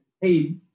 Hey